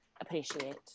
appreciate